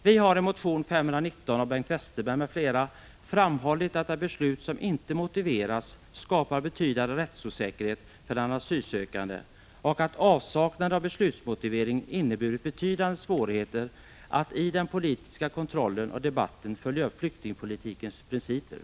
Vi har i motion 519 av Bengt Westerberg m.fl. framhållit att ett beslut som inte motiveras skapar betydande rättsosäkerhet för den asylsökande och att avsaknaden av beslutsmotivering inneburit betydande svårigheter att i den politiska kontrollen och debatten följa upp flyktingpolitikens principer.